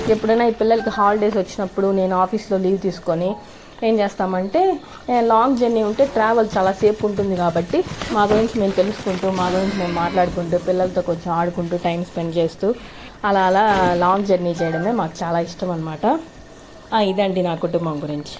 ఎప్పుడైనా ఈ పిల్లలకు హాలిడేస్ వచ్చినప్పుడు నేను ఆఫీసులో లీవ్ తీసుకొని ఏం చేస్తామంటే లాంగ్ జర్నీ ఉంటే ట్రావెల్ చాలా సేపు ఉంటుంది కాబట్టి మా గురించి మేము తెలుసుకుంటూ మా గురించి మేము మాట్లాడుకుంటూ పిల్లలతో కొంచెం ఆడుకుంటూ టైం స్పెండ్ చేస్తూ అలా అలా లాంగ్ జర్నీ చేయడమే మాకు చాలా ఇష్టం అనమాట ఇదండీ నా కుటుంబం గురించి